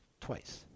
twice